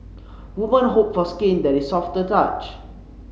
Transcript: women hope for skin that is soft to the touch